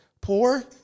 Poor